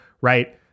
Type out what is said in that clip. right